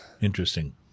interesting